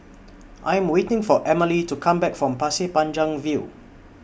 I Am waiting For Emmalee to Come Back from Pasir Panjang View